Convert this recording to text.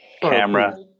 camera